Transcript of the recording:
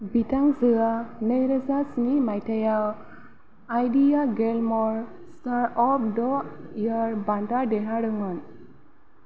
बिथांजोआ नैरोजा स्नि मायथायाव idea glamour star of the year बान्था देरहादोंमोन